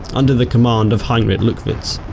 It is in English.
under the command of heinrich luttwitz.